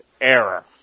error